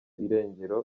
irengero